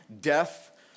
death